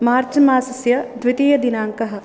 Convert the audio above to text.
मार्च् मासस्य द्वितीयदिनाङ्कः